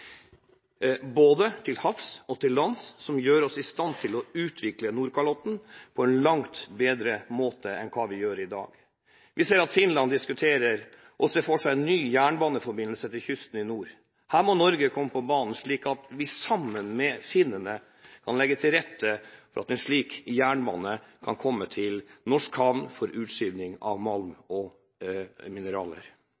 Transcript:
både til havs og til lands, som gjør oss i stand til å utvikle Nordkalotten på en langt bedre måte enn vi gjør i dag. Vi ser at Finland diskuterer og ser for seg en ny jernbaneforbindelse til kysten i nord. Her må Norge komme på banen slik at vi sammen med finnene kan legge til rette for at en slik jernbane kan komme til norsk havn for utskiping av malm